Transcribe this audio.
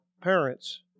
parents